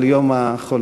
על יום החולה.